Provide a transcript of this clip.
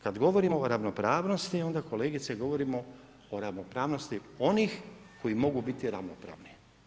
Kada govorimo o ravnopravnosti onda kolegice govorimo o ravnopravnosti onih koji mogu biti ravnopravni.